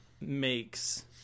makes